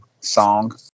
song